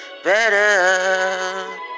better